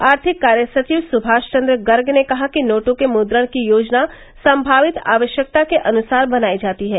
आर्थिक कार्य सचिव सुभाष चन्द्र गर्ग ने कहा कि नोटों के मुद्रण की योजना संभावित आवश्यकता के अनुसार बनाई जाती है